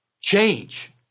Change